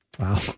Wow